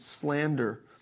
slander